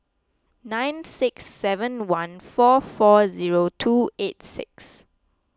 nine six seven one four four zero two eight six